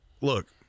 look